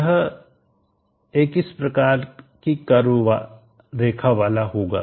यह एक इस प्रकार की कर्व रेखा वाला होगा